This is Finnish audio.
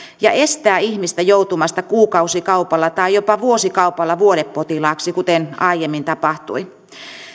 ja estää ihmistä joutumasta kuukausikaupalla tai jopa vuosikaupalla vuodepotilaaksi kuten aiemmin tapahtui